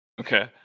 Okay